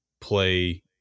play